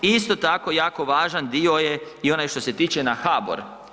I isto tako jako važan dio je i onaj što se tiče na HBOR.